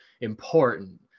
important